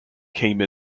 came